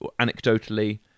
anecdotally